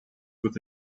with